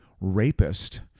rapist